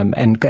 um and,